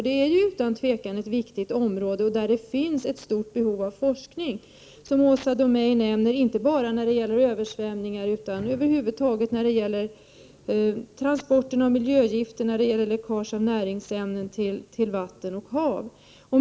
Det är ju utan tvivel ett viktigt område, 103 där det finns ett stort behov av forskning och — som Åsa Domeij framhöll — inte bara när det gäller översvämningar utan över huvud taget i fråga om transporten av miljögifter och läckaget av näringsämnen till vatten och hav.